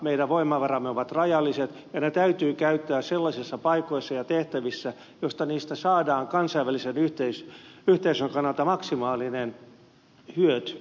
meidän voimavaramme ovat rajalliset ja ne täytyy käyttää sellaisissa paikoissa ja tehtävissä joissa niistä saadaan kansainvälisen yhteisön kannalta maksimaalinen hyöty